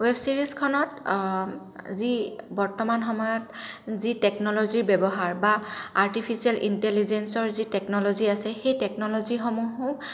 web ছিৰিজখনত যি বৰ্তমান সময়ত যি টেকনল'জীৰ ব্যৱহাৰ বা আৰ্টিফিচিয়েল ইণ্টেলিজেঞ্চৰ যি টেকনল'জী আছে সেই টেকনল'জীসমূহো